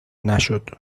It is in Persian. نشد